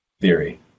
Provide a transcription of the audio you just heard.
theory